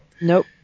Nope